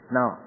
Now